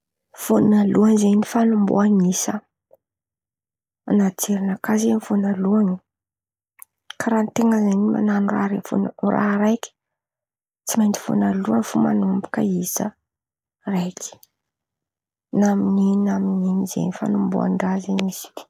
Vônaloan̈y zen̈y fanomboan'isa, an̈aty jerinakà zeny vônaloan̈y, karàha ten̈a zen̈y man̈ano raha raiky vôna- raha raiky tsy maintsy vônaloan̈y fo manomboka isa: raiky, na amy n̈ino na amy n̈ino zen̈y fanomboan-draha zen̈y izy io.